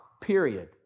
period